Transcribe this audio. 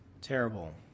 terrible